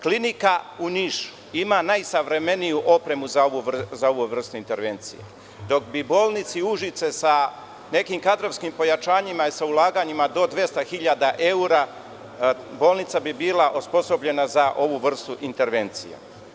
Klinika u Nišu ima najsavremeniju opremu za ovu vrstu intervencije, dok bi bolnice, Užice sa nekim kadrovskim pojačanjima i sa ulaganjima do 200.000 evra, bolnica bi bila osposobljena za ovu vrstu intervencije.